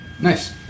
Nice